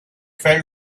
fell